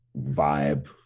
vibe